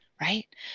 right